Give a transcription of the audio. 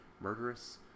murderous